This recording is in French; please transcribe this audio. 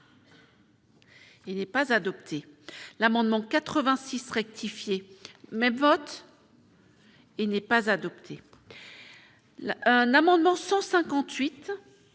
Il n'est pas adopté l'amendement 86 rectifié mes bottes. Il n'est pas adopté. Un amendement 158